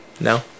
No